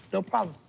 no problem.